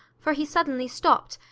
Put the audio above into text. for he suddenly stopped,